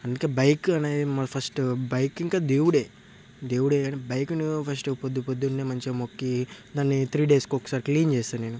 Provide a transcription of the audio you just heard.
అందుకే బైకు అనేది మనం ఫస్ట్ బైక్ ఇంకా దేవుడే దేవుడే బైకును ఫస్ట్ పొద్దు పొద్దున్నే మంచిగా మొక్కి దాని త్రీ డేస్ కోకసారి క్లీన్ చేస్తా నేను